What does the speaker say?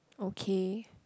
okay